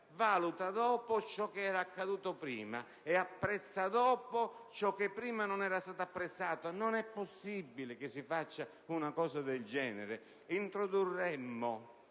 valuta dopo ciò che era accaduto prima e apprezza dopo ciò che prima non era stato apprezzato. Non è possibile che si faccia una cosa del genere: introdurremmo